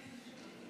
לשבת.